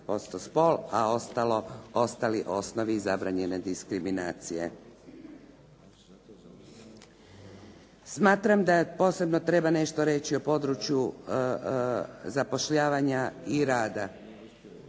a ostali osnovi zabranjene diskriminacije. Smatram da posebno treba nešto reći o području zapošljavanja i rada.